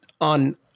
on